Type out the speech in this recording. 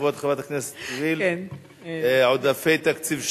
כבוד חברת הכנסת וילף: עודפי תקציב שנתי.